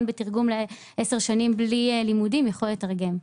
בתרגום עשר שנים בלי לימודים יכול לתרגם.